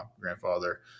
grandfather